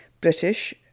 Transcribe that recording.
British